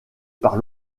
par